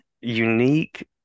unique